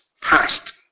past